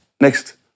Next